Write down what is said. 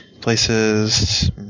places